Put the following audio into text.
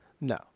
No